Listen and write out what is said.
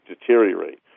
deteriorate